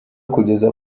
kugeza